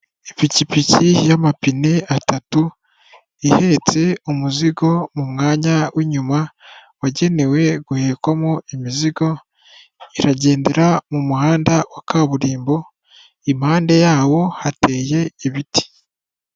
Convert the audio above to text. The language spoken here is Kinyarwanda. Ipikipiki y'amapine atatu, ihetse umuzigo mu mwanya w'inyuma wagenewe guhekwamo imizigo, iragendera mu muhanda wa kaburimbo, impande yawo hateye ibiti.